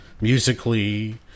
musically